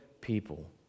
people